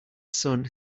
sun